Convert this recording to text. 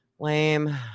lame